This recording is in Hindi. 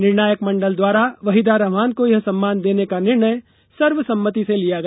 निर्णायक मंडल द्वारा वहीदा रहमान को यह सम्मान देने का निर्णय सर्वसम्मति से लिया गया